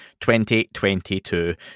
2022